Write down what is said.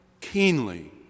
keenly